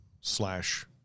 slash